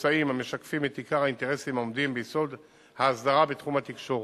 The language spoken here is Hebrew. המוצעים המשקפים את עיקר האינטרסים העומדים ביסוד ההסדרה בתחום התקשורת.